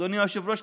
אדוני היושב-ראש,